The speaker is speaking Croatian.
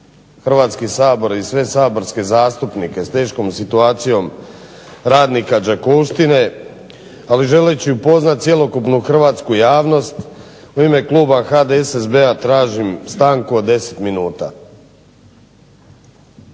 Hrvatski sabor i sve saborske zastupnike s teškom situacijom radnika Đakovštine, ali želeći upoznati cjelokupnu hrvatsku javnost u ime kluba HDSSB-a tražim stanku od 10 minuta.